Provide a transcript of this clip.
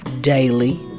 daily